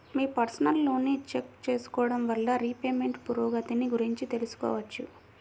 మీ personal లోన్ని check చేసుకోడం వల్ల రీపేమెంట్ పురోగతిని గురించి తెలుసుకోవచ్చు